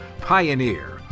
Pioneer